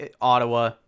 Ottawa